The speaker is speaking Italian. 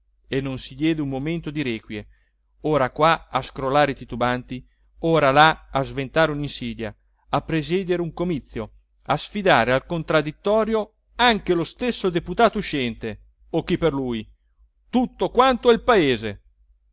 e non si diede un momento di requie ora qua a scrollare i titubanti ora là a sventare uninsidia a presiedere un comizio a sfidare al contraddittorio anche lo stesso deputato uscente o chi per lui tutto quanto il paese